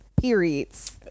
periods